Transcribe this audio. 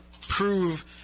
prove